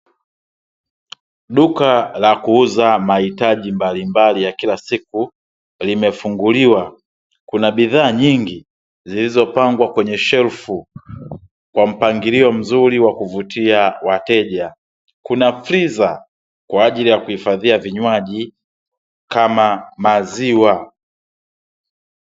Duka la kuuza mahitaji mbalimbali ya kila siku, limefunguliwa. Kuna bidhaa nyingi zilizopangwa kwenye shelfu kwa mpangilio mzuri wa kuvutia wateja. Kuna friza kwa ajili ya kuhifadhia vinywaji kama maziwa.